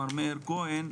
מר מאיר כהן,